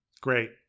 Great